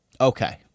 Okay